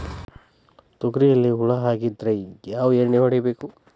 ತೊಗರಿಯಲ್ಲಿ ಹುಳ ಆಗಿದ್ದರೆ ಯಾವ ಎಣ್ಣೆ ಹೊಡಿಬೇಕು?